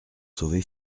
sauver